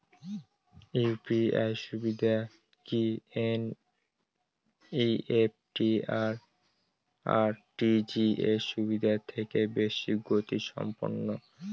UPI সুবিধা কি NEFT আর আর.টি.জি.এস সুবিধা থেকে বেশি গতিসম্পন্ন?